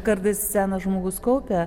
kartais senas žmogus kaupia